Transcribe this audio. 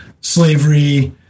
slavery